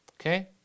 Okay